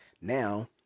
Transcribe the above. now